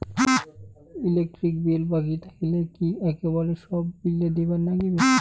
Electric bill বাকি থাকিলে কি একেবারে সব বিলে দিবার নাগিবে?